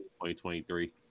2023